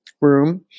room